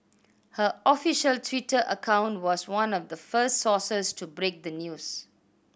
her official Twitter account was one of the first sources to break the news